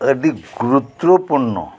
ᱟᱹᱰᱤ ᱜᱩᱨᱩᱛᱛᱚ ᱯᱩᱨᱱᱚ